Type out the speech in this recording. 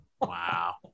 Wow